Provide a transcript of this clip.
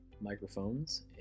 microphones